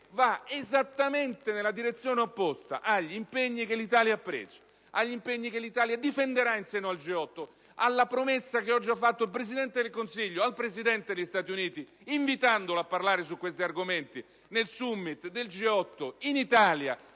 va esattamente nella direzione opposta agli impegni che l'Italia ha preso e difenderà in seno al G8, alla promessa che oggi ha fatto il Presidente del Consiglio al Presidente degli Stati Uniti invitandola a parlare su questi argomenti nel *summit* del G8 in Italia,